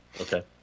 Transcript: okay